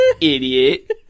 idiot